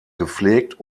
gepflegt